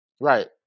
Right